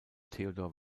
theodor